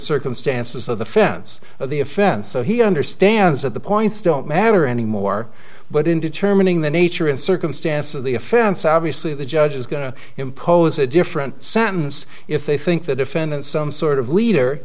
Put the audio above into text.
circumstances of the fence or the offense so he understands that the points don't matter anymore but in determining the nature and circumstance of the offense obviously the judge is going to impose a different sentence if they think the defendant some sort of leader